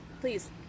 please